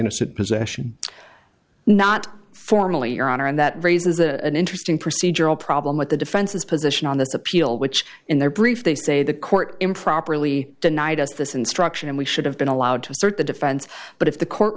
innocent possession not formally your honor and that raises a interesting procedural problem with the defense's position on this appeal which in their brief they say the court improperly denied us this instruction and we should have been allowed to assert the defense but if the court